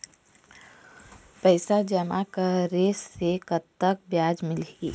पैसा जमा करे से कतेक ब्याज मिलही?